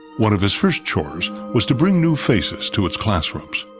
one of his first chores was to bring new faces to its classrooms.